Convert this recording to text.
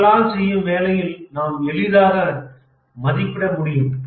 உடலால் செய்யும் வேலையில் நாம் எளிதாக மதிப்பிட முடியும்